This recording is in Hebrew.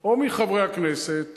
או מחברי הכנסת